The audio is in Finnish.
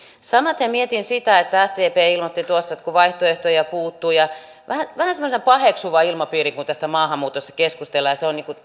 samaten mietin sitä kun sdp ilmoitti tuossa että vaihtoehtoja puuttuu ja on vähän semmoinen paheksuva ilmapiiri kun tästä maahanmuutosta keskustellaan